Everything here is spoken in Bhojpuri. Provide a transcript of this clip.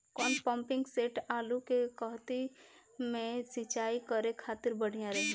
कौन पंपिंग सेट आलू के कहती मे सिचाई करे खातिर बढ़िया रही?